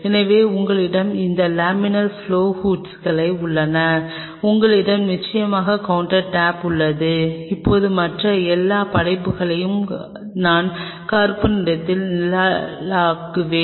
எனவே உங்களிடம் இந்த லேமினார் ப்பிளாவ் ஹூட்கள் உள்ளன உங்களிடம் நிச்சயமாக கவுண்டர் டாப் உள்ளது இப்போது மற்ற எல்லா படைப்புகளுக்கும் நான் கருப்பு நிறத்தில் நிழலாடுகிறேன்